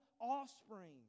offspring